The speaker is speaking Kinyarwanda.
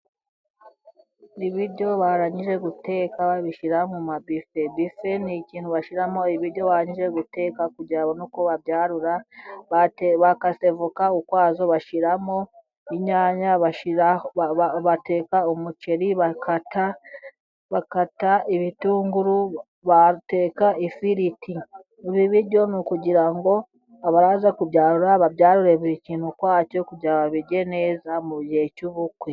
Ibiryo barangije guteka babishyira mu ma bife. Bife ni ikintu bashyiramo ibiryo barangije guteka kugira ngo babone uko babyarura. Bakase avoka ukwazo bashyiramo, inyanya, bateka umuceri, bakata ibitunguru, bateka ifiriti. Ibi biryo ni ukugira ngo abaza kubyarura babyarure buri kintu ukwacyo kugira ngo babirye neza mu gihe cy'ubukwe.